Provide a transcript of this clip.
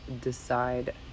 decide